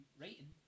writing